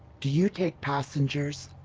do you take passengers?